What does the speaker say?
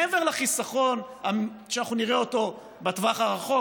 מעבר לחיסכון שאנחנו נראה בטווח הארוך,